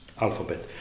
alphabet